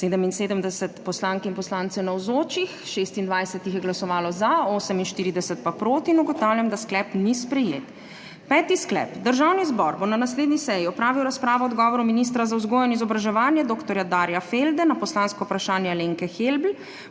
77 poslank in poslancev navzočih, 26 jih je glasovalo za, 48 pa proti. (Za je glasovalo 26.) (Proti 48.) Ugotavljam, da sklep ni sprejet. Peti sklep: Državni zbor bo na naslednji seji opravil razpravo o odgovoru ministra za vzgojo in izobraževanje dr. Darja Felde na poslansko vprašanje Alenke Helbl